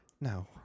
No